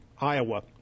Iowa